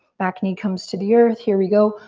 back knee comes to the earth. here we go.